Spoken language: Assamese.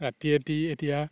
ৰাতি ৰাতি এতিয়া